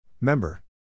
Member